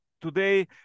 Today